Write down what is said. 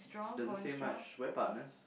doesn't say much we're partners